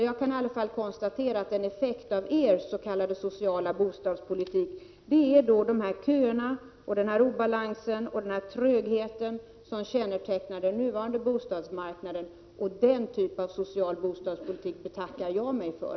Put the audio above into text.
Jag kan i alla fall konstatera att en effekt av er s.k. sociala bostadspolitik är de köer, den obalans och den tröghet som kännetecknar den nuvarande bostadsmarknaden. Den typen av social bostadspolitik betackar jag mig för.